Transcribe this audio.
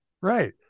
Right